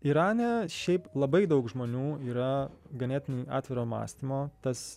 irane šiaip labai daug žmonių yra ganėtinai atviro mąstymo tas